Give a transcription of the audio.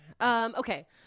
Okay